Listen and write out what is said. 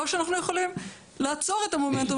או שאנחנו יכולים לעצור את המומנטום